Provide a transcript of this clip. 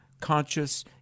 conscious